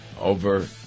over